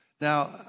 now